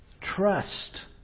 Trust